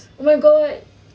oh my god